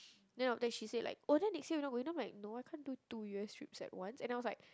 then after that she said like oh then next year we not going then I'm like no I can't do two years trip like one and I was like